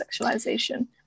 sexualization